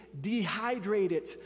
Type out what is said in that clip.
dehydrated